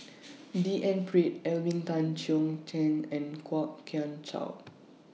D N Pritt Alvin Tan Cheong Kheng and Kwok Kian Chow